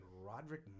Roderick